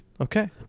okay